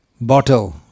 Bottle